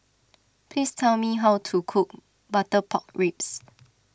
please tell me how to cook Butter Pork Ribs